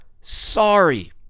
sorry